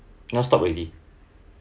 now stop already